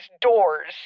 doors